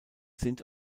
sind